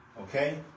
Okay